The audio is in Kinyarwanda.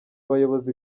bayobozi